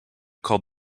called